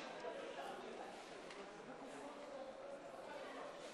אבל זה לא אומר שצריך לוותר על דברים שהם חשובים לדת